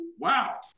Wow